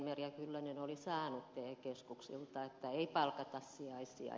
merja kyllönen oli saanut te keskukselta että ei palkata sijaisia